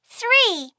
three